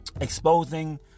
Exposing